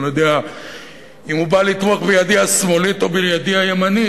אני לא יודע אם הוא בא לתמוך בידי השמאלית או בידי הימנית,